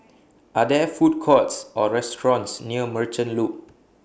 Are There Food Courts Or restaurants near Merchant Loop